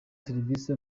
serivisi